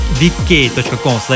vk.com